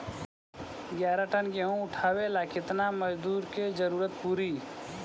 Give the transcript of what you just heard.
ग्यारह टन गेहूं उठावेला केतना मजदूर के जरुरत पूरी?